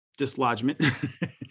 dislodgement